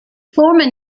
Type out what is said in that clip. former